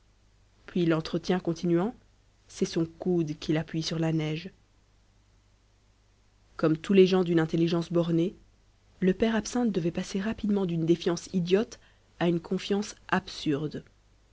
puis l'entretien continuant c'est son coude qu'il appuie sur la neige comme tous les gens d'une intelligence bornée le père absinthe devait passer rapidement d'une défiance idiote à une confiance absurde